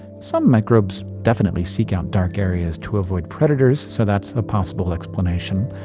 some microbes definitely seek out dark areas to avoid predators, so that's a possible explanation.